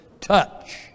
touch